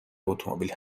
اتومبیل